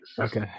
Okay